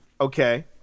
Okay